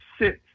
sit